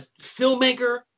filmmaker